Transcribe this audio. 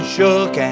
shook